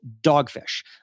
Dogfish